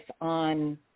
on